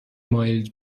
مایلید